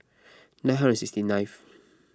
nine hundred sixty ninth